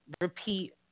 repeat